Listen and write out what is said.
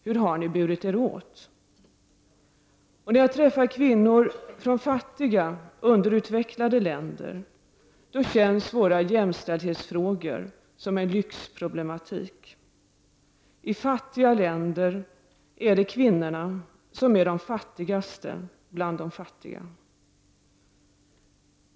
Hur har ni burit er åt? När jag träffar kvinnor från fattiga underutvecklade länder, då känns våra jämställdshetsfrågor som en lyxproblematik. I fattiga länder är det kvinnorna som är de fattigaste bland de fattiga.